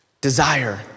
desire